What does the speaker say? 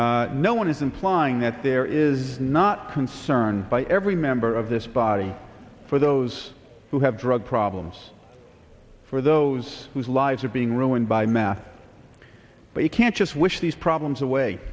no one is implying that there is not concern by every member of this body for those who have drug problems for those whose lives are being ruined by math but you can't just wish these problems away